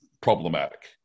problematic